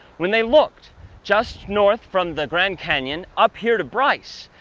when they looked just north from the grand canyon, up here to bryce,